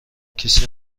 کیسه